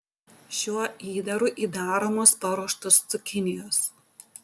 šiuo įdaru įdaromos paruoštos cukinijos